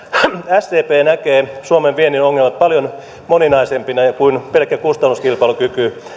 sdp näkee suomen viennin ongelmat paljon moninaisempina kuin pelkkä kustannuskilpailukyky